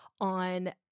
on